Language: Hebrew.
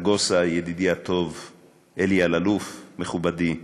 נגוסה, ידידי הטוב, אלי אלאלוף, מכובדי,